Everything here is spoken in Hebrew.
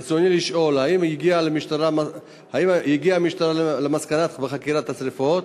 ברצוני לשאול: 1. האם הגיעה המשטרה למסקנה בחקירת השרפות?